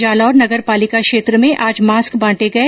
जालोर नगर पालिका क्षेत्र में आज मास्क बांटे गए